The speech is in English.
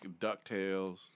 DuckTales